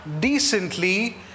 decently